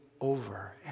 over